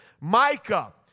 Micah